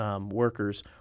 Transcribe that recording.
workers